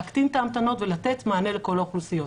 להקטין את ההמתנות ולתת מענה לכל האוכלוסיות.